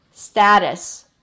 status